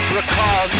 recall